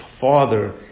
father